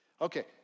Okay